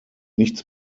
nichts